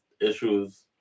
issues